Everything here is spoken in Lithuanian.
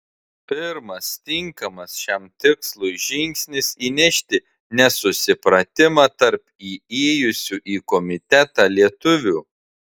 pirmas tinkamas šiam tikslui žingsnis įnešti nesusipratimą tarp įėjusių į komitetą lietuvių